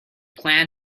plan